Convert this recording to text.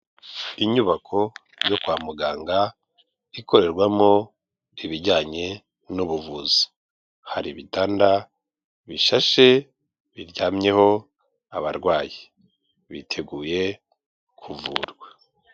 Inyubako yo kwa muganga ikorerwamo ibijyanye n'ubuvuzi, hari ibitanda bishashe biryamyeho abarwayi biteguye kuvurwa.